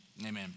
amen